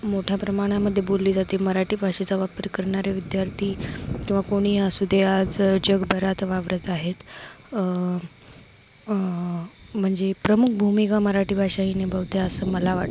मोठ्या प्रमाणामध्ये बोलली जाते मराठी भाषेचा वापर करणारे विद्यार्थी किंवा कोणीही असू दे आज जगभरात वावरत आहेत म्हणजे प्रमुख भूमिका मराठी भाषा ही निभावते असं मला वाटतं